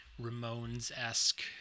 Ramones-esque